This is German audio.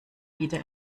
wieder